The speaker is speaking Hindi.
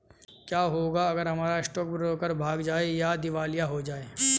क्या होगा अगर हमारा स्टॉक ब्रोकर भाग जाए या दिवालिया हो जाये?